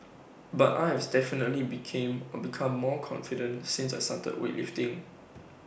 but I have definitely became become more confident since I started weightlifting